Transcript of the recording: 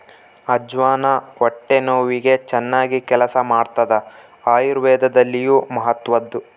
ಅಜ್ವಾನ ಹೊಟ್ಟೆ ನೋವಿಗೆ ಚನ್ನಾಗಿ ಕೆಲಸ ಮಾಡ್ತಾದ ಆಯುರ್ವೇದದಲ್ಲಿಯೂ ಮಹತ್ವದ್ದು